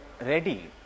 ready